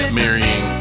marrying